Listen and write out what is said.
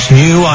new